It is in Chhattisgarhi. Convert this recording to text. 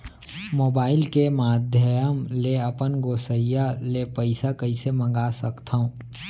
मोबाइल के माधयम ले अपन गोसैय्या ले पइसा कइसे मंगा सकथव?